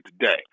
today